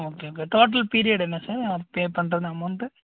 okay okay total period என்ன sir pay பண்றது amount